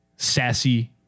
sassy